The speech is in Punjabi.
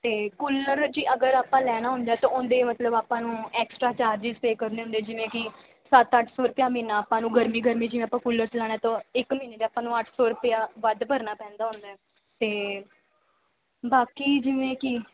ਅਤੇ ਕੂਲਰ ਜੇ ਅਗਰ ਆਪਾਂ ਲੈਣਾ ਹੁੰਦਾ ਤਾਂ ਉਹਦੇ ਮਤਲਬ ਆਪਾਂ ਨੂੰ ਐਕਸਟਰਾ ਚਾਰਜਸ ਪੇਅ ਕਰਨੇ ਹੁੰਦੇ ਜਿਵੇਂ ਕਿ ਸੱਤ ਅੱਠ ਸੌ ਰੁਪਇਆ ਮਹੀਨਾ ਆਪਾਂ ਨੂੰ ਗਰਮੀ ਗਰਮੀ ਜਿਵੇਂ ਆਪਾਂ ਕੂਲਰ ਚਲਾਉਣਾ ਤਾਂ ਇੱਕ ਮਹੀਨੇ ਦੇ ਆਪਾਂ ਨੂੰ ਅੱਠ ਸੌ ਰੁਪਇਆ ਵੱਧ ਭਰਨਾ ਪੈਂਦਾ ਔਨਲਾਈਨ ਅਤੇ ਬਾਕੀ ਜਿਵੇਂ ਕਿ